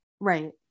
Right